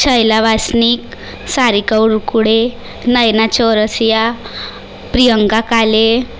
शैला वासनिक सारिका उरकुडे नैना चौरसिया प्रियांका काले